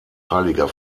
heiliger